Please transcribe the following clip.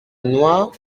noie